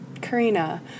Karina